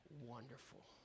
wonderful